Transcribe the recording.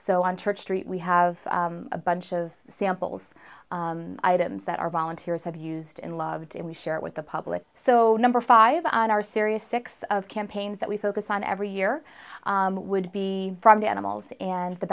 on church street we have a bunch of samples items that our volunteers have used in loved and we share it with the public so number five on our serious six of campaigns that we focus on every year would be from the animals and the